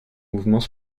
mouvements